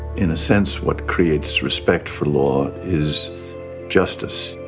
in a sense, what creates respect for law is justice.